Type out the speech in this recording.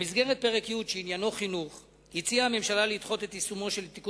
במסגרת פרק י' שעניינו חינוך הציעה הממשלה לדחות את יישומו של תיקון